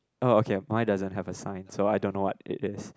oh okay mine doesn't have a sign so I don't know what it is